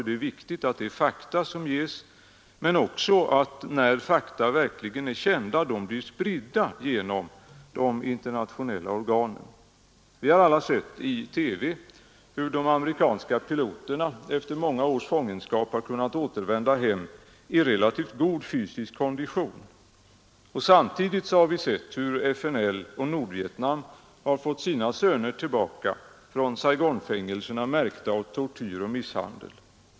Det är viktigt att det är fakta som ges men också att dessa fakta, när de blivit kända, verkligen blir spridda genom de internationella organen. Vi har alla sett i TV hur de amerikanska piloterna efter många års fångenskap har kunnat återvända hem i relativt god fysisk kondition. Samtidigt har vi sett hur FNL och Nordvietnam från Saigonfängelserna har fått tillbaka sina söner, märkta av tortyr och misshandel.